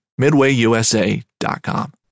MidwayUSA.com